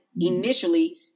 initially